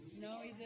No